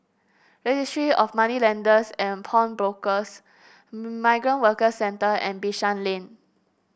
Registry of Moneylenders and Pawnbrokers Migrant Workers Centre and Bishan Lane